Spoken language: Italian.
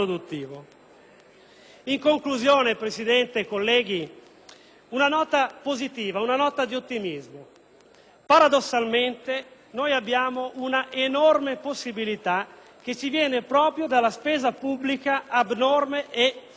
In conclusione, signor Presidente e colleghi, una nota di ottimismo: paradossalmente abbiamo un'enorme possibilità che ci viene proprio dalla spesa pubblica, abnorme e fuori controllo.